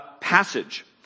passage